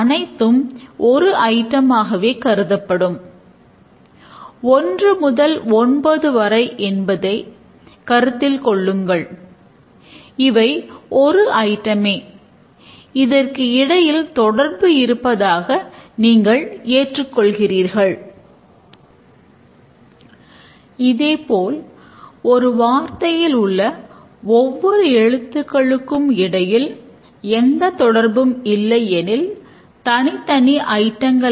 கட்டமைக்கப்பட்ட பகுப்பாய்வை முடித்தபிறகு கட்டமைக்கப்பட்ட வடிவமைப்பை உருவாக்க ஆரம்பிக்கிறோம்